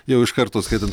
jau iš karto skaitant